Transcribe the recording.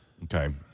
Okay